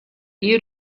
you